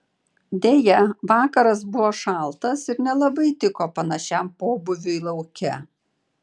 deja vakaras buvo šaltas ir nelabai tiko panašiam pobūviui lauke